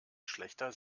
schlächter